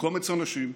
מקומץ אנשים,